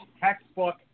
textbook